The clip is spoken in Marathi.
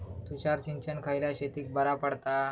तुषार सिंचन खयल्या शेतीक बरा पडता?